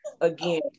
Again